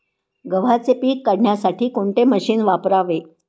गव्हाचे पीक काढण्यासाठी कोणते मशीन वापरावे?